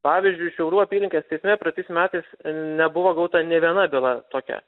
pavyzdžiui šiaulių apylinkės teisme praeitais metais nebuvo gauta nė viena byla tokia